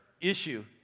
issue